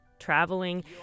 traveling